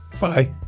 Bye